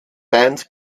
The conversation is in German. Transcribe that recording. band